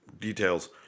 details